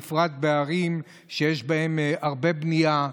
בפרט בערים שיש בהן הרבה בנייה,